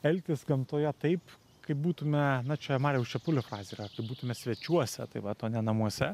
elgtis gamtoje taip kaip būtume na čia mariaus čepulio klasika būtume svečiuose tai vat o ne namuose